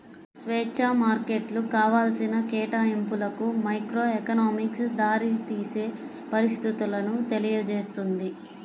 స్వేచ్ఛా మార్కెట్లు కావాల్సిన కేటాయింపులకు మైక్రోఎకనామిక్స్ దారితీసే పరిస్థితులను తెలియజేస్తుంది